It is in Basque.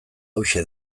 hauxe